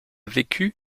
vécu